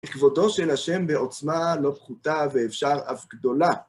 לכבודו של השם בעוצמה לא פחותה ואפשר אף גדולה.